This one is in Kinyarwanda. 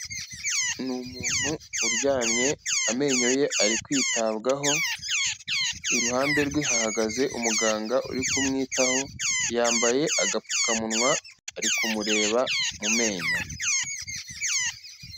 Ni umuntu uryamye, amenyo ye ari kwitabwaho, iruhande rwe hahagaze umuganga uri kumwitaho, yambaye agapfukamunwa, ari kumureba mu menyo.